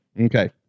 okay